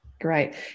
Great